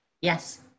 Yes